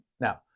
Now